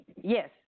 Yes